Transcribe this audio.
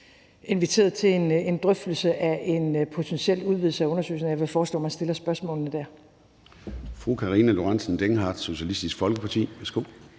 inviteret til en drøftelse af en potentiel udvidelse af undersøgelsen, og jeg vil foreslå, at man stiller spørgsmålene der.